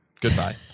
Goodbye